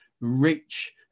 rich